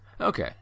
Okay